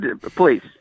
Please